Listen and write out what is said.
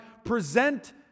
present